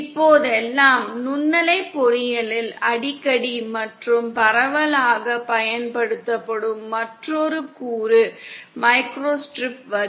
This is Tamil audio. இப்போதெல்லாம் நுண்ணலை பொறியியலில் அடிக்கடி மற்றும் பரவலாகப் பயன்படுத்தப்படும் மற்றொரு கூறு மைக்ரோஸ்ட்ரிப் வரி